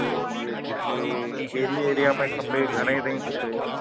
two B H K कहिड़ी area में खपे घणे ताईं खपे